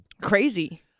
Crazy